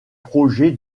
projet